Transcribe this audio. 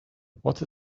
what